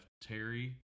Terry